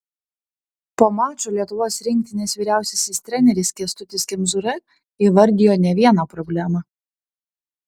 po mačo lietuvos rinktinės vyriausiasis treneris kęstutis kemzūra įvardijo ne vieną problemą